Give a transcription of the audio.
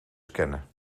scannen